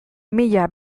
mila